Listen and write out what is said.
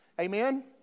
Amen